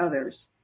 others